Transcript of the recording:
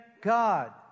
God